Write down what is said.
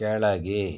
ಕೆಳಗೆ